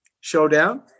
showdown